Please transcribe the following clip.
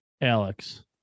Alex